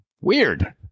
Weird